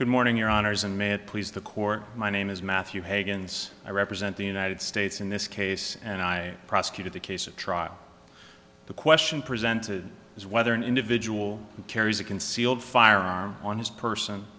good morning your honour's a minute please the court my name is matthew hagan's i represent the united states in this case and i prosecuted the case a trial the question presented is whether an individual who carries a concealed firearm on his person